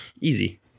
easy